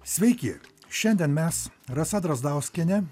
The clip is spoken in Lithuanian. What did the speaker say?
sveiki šiandien mes rasa drazdauskienė